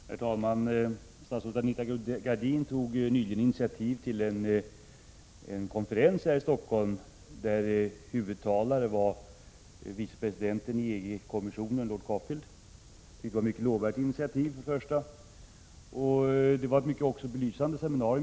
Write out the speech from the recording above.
Herr talman! Statsrådet Anita Gradin tog nyligen initiativ till en konferens här i Stockholm där vicepresidenten i EG-kommissionen, lord Cockfield, var huvudtalare. Det var ett mycket lovvärt initiativ, och det var också ett mycket belysande seminarium.